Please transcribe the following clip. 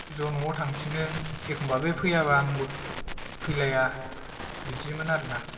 ज' नआव थांफिनो एखम्बा बे फैयाबा आंबो फैलाया बिदिमोन आरोना